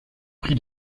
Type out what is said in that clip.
prix